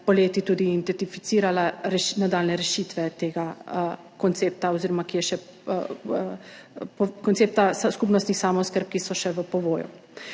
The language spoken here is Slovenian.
poleti tudi identificirala nadaljnje rešitve tega koncepta skupnostnih samooskrb, ki so še v povoju.